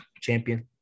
champion